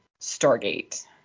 Stargate